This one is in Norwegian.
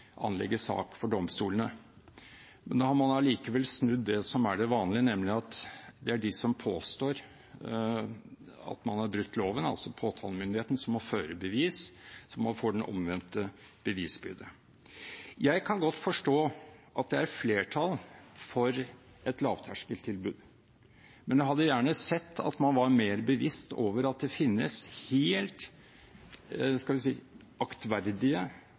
anlegge sak for domstolene. Men da har man likevel snudd det som er det vanlige, nemlig at det er den som påstår at man har brutt loven, altså påtalemyndigheten, som må føre bevis – man får den omvendte bevisbyrde. Jeg kan godt forstå at det er flertall for et lavterskeltilbud, men jeg hadde gjerne sett at man var mer bevisst på at det finnes helt